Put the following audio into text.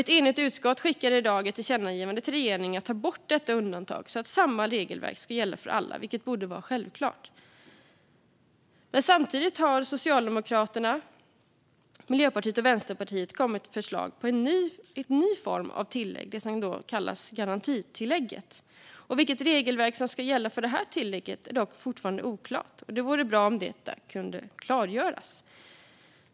Ett enigt utskott föreslår i dag ett tillkännagivande till regeringen om att ta bort detta undantag så att samma regelverk ska gälla för alla, vilket borde vara självklart. Samtidigt har Socialdemokraterna, Miljöpartiet och Vänsterpartiet kommit med förslag om en ny form av tillägg, det som kallas garantitillägget. Vilket regelverk som ska gälla för detta tillägg är dock fortfarande oklart, och det vore bra om det kunde klargöras.